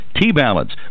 T-Balance